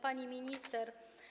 Pani Minister!